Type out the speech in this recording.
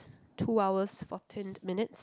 two hours fourteen minutes